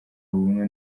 ubumwe